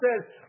says